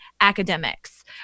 academics